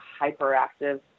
hyperactive